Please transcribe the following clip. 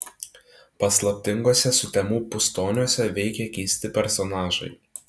paslaptinguose sutemų pustoniuose veikia keisti personažai